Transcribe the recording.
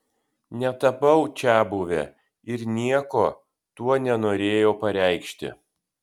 netapau čiabuve ir nieko tuo nenorėjau pareikšti